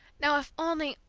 now if only,